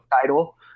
title